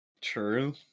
True